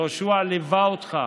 יהושע ליווה אותך